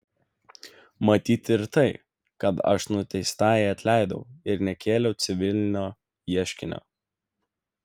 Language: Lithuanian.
matyti ir tai kad aš nuteistajai atleidau ir nekėliau civilinio ieškinio